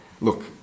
look